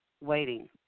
waiting